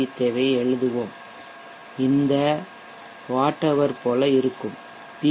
we தேவையை எழுதுவோம் இது இந்த வாட் ஹவர் போல இருக்கும் பி